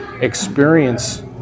experience